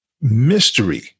mystery